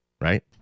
Right